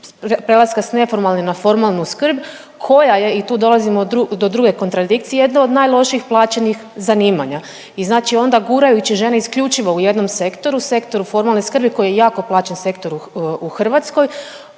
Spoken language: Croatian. prelaska s neformalne na formalnu skrb koja je, i tu dolazimo do druge kontradikcije, jedna od najlošije plaćenih zanimanja i znači onda gurajući žene isključivo u jednom sektoru, sektoru formalne skrbi koji je jako plaćen sektor u Hrvatskoj,